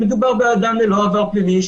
מדובר באדם ללא עבר פלילי,